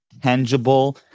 tangible